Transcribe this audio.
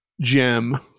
gem